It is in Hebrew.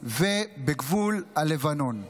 ובגבול הלבנון.